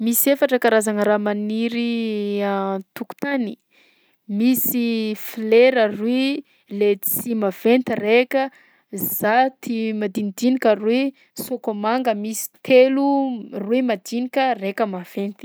Misy efatra karazagna raha maniry an-tokotany: misy folera roy, letchi maventy raika, zaty madinidinika roy, sokomanga misy telo, roy madinika, raika maventy.